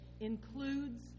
Includes